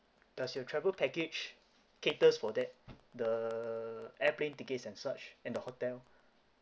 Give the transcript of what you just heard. does your travel package caters for that the airplane tickets and such and the hotel